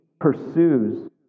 pursues